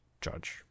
judge